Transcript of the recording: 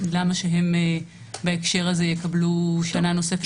למה שהם בהקשר הזה יקבלו שנה נוספת?